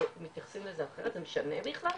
מתייחסים לזה אחרת זה משנה בכלל?